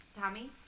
Tommy